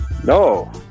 No